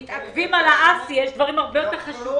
מתעכבים על ה-האסי אבל יש דברים הרבה יותר חשובים.